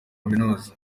kaminuza